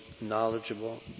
knowledgeable